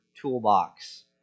toolbox